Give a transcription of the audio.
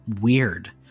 weird